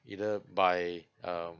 either by um